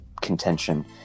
contention